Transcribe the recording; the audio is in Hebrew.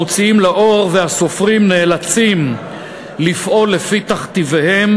המוציאים לאור והסופרים נאלצים לפעול על-פי תכתיביהם